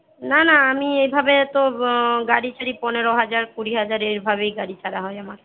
না না আমি এইভাবে তো গাড়ি ছাড়ি পনেরো হাজার কুড়ি হাজার এইভাবেই গাড়ি ছাড়া হয় আমার